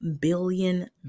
billion